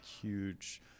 huge